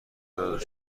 دار